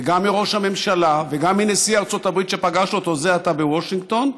וגם מראש הממשלה וגם מנשיא ארצות הברית שפגש אותו זה עתה בוושינגטון,